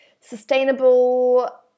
sustainable